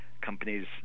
companies